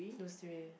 dude it's real